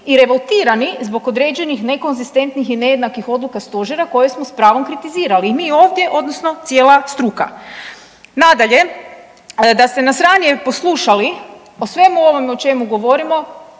i revoltirani zbog određenih nekonzistentnih i nejednakih odluka Stožera koje smo s pravom kritizirali i mi ovdje odnosno cijela struka. Nadalje, da ste nas ranije poslušali o svemu ovome o čemu govorimo